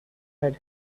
had